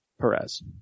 Perez